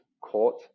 court